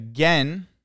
Again